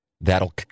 That'll